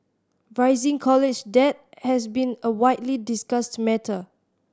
rising college debt has been a widely discussed matter